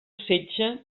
setge